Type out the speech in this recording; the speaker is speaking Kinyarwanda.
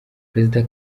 perezida